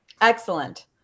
Excellent